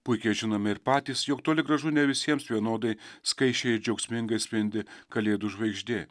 puikiai žinome ir patys jog toli gražu ne visiems vienodai skaisčiai ir džiaugsmingai spindi kalėdų žvaigždė